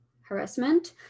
harassment